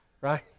right